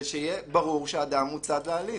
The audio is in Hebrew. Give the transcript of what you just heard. ושיהיה ברור שהאדם הוא צד להליך.